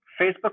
Facebook